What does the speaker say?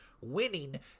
winning